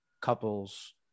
couples